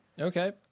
okay